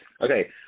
Okay